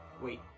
Wait